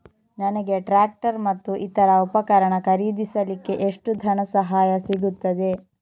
ನನಗೆ ಟ್ರ್ಯಾಕ್ಟರ್ ಮತ್ತು ಇತರ ಉಪಕರಣ ಖರೀದಿಸಲಿಕ್ಕೆ ಎಷ್ಟು ಧನಸಹಾಯ ಸಿಗುತ್ತದೆ?